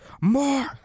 More